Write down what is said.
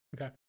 Okay